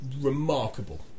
remarkable